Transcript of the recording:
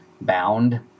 bound